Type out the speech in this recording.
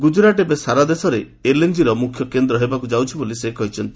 ଗୁଜରାଟ ଏବେ ସାରାଦେଶରେ ଏଲ୍ଏନ୍ଜିର ମ୍ରଖ୍ୟ କେନ୍ଦ୍ର ହେବାକୁ ଯାଉଛି ବୋଲି ସେ କହିଛନ୍ତି